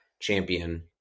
Champion